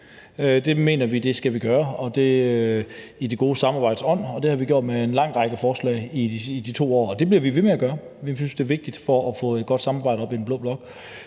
Det mener vi at vi skal gøre, og det er i det gode samarbejdes ånd, og det har vi gjort med en lang række forslag i de 2 år, og det bliver vi ved med at gøre. Vi synes, det er vigtigt for at få et godt samarbejde i den blå blok.